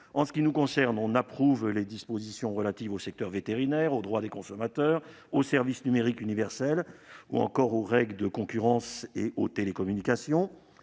En ce qui nous concerne, nous approuvons les dispositions relatives au secteur vétérinaire, aux droits des consommateurs, au service numérique universel, ou encore aux règles de concurrence et aux télécommunications.